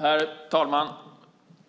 Herr talman!